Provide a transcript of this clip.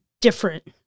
different